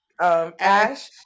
Ash